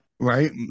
Right